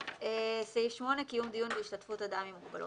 סעיף 8, קיום דיון בהשתתפות אדם עם מוגבלות.